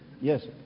Yes